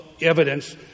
evidence